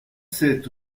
sept